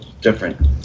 different